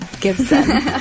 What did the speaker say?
Gibson